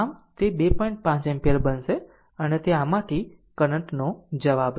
5 ampere બનશે તે આ આમાંથી કરંટ નો જવાબ છે